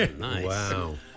Wow